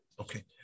Okay